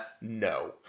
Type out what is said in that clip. no